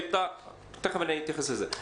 תיכף אתייחס לזה.